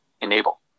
Enable